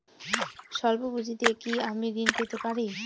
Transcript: সল্প পুঁজি দিয়ে কি আমি ঋণ পেতে পারি?